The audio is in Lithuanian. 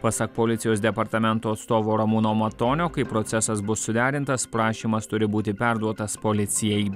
pasak policijos departamento atstovo ramūno matonio kai procesas bus suderintas prašymas turi būti perduotas policijai